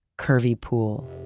curvy pool.